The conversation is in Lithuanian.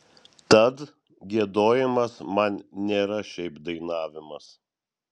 tad giedojimas man nėra šiaip dainavimas